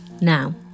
now